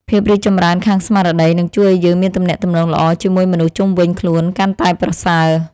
ភាពរីកចម្រើនខាងស្មារតីនឹងជួយឱ្យយើងមានទំនាក់ទំនងល្អជាមួយមនុស្សជុំវិញខ្លួនកាន់តែប្រសើរ។